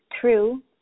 true